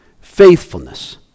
faithfulness